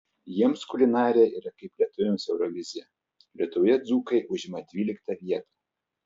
jiems kulinarija yra kaip lietuviams eurovizija lietuvoje dzūkai užima dvyliktą vietą